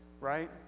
right